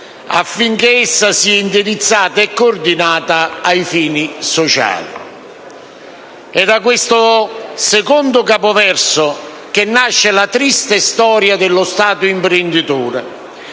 possa essere indirizzata e coordinata a fini sociali». È da questo secondo capoverso che nasce la triste storia dello Stato imprenditore.